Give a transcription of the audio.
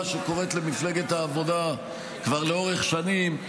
שקורית למפלגת העבודה כבר לאורך שנים,